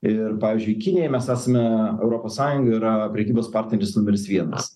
ir pavyzdžiui kinijai mes esame europos sąjunga yra prekybos partneris numeris vienas